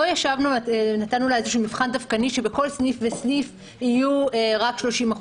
לא נתנו לה איזשהו מבחן דווקני שבכל סניף וסניף יהיו רק 30%,